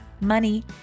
money